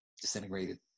disintegrated